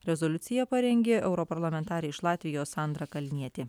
rezoliuciją parengė europarlamentarė iš latvijos sandra kalnietė